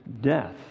death